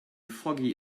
foggy